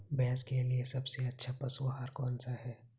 भैंस के लिए सबसे अच्छा पशु आहार कौनसा है?